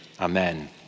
amen